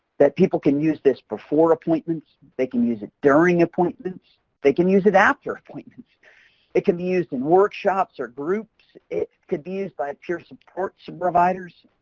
that people can use this before appointments, they can use it during appointments they can use it after appointments it can be used in workshops or groups, it could be used by peer support so providers.